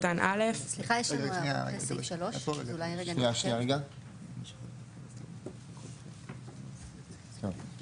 4. רגע,